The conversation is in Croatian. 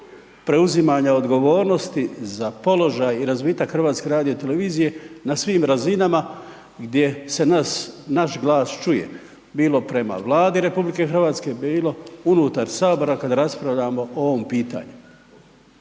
preuzimanja odgovornosti za položaj i razvitak HRT-a na svim razinama gdje se naš glas čuje. Bilo prema Vladi RH, bilo unutar sabora kad raspravljamo o ovome pitanju.